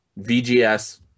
VGS